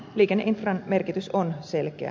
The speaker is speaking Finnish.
liikenneinfran merkitys on selkeä